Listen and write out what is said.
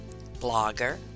blogger